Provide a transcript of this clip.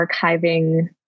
archiving